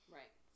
right